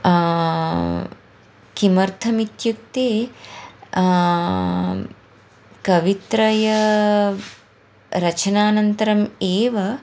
किमर्थम् इत्युक्ते कवित्रयरचनानन्तरम् एव